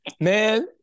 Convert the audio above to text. Man